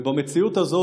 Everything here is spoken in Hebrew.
ובמציאות הזאת,